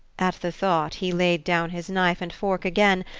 at the thought he laid down his knife and fork again,